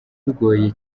bigoye